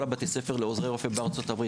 בתי הספר לעוזרי רופא בארצות-הברית.